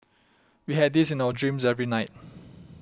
we had this in our dreams every night